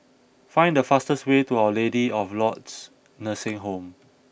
find the fastest way to our Lady of Lourdes Nursing Home